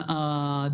ב-2019.